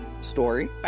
story